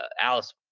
Alice